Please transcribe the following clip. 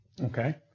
Okay